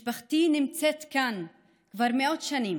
משפחתי נמצאת כאן כבר מאות שנים.